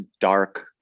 dark